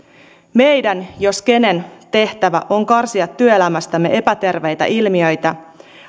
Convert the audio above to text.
meidän jos kenen tehtävä on karsia työelämästämme epäterveitä ilmiöitä